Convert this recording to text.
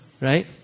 right